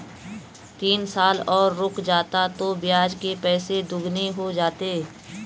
तीन साल और रुक जाता तो ब्याज के पैसे दोगुने हो जाते